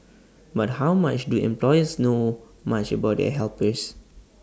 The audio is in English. but how much do employers know much about their helpers